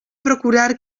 procurar